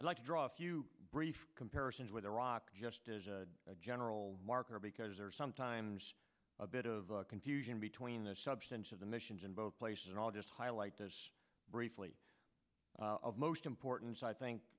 i'd like to draw a few brief comparisons with iraq just as a general marker because there are sometimes a bit of confusion between the substance of the missions in both places and i'll just highlight this briefly of most importance i think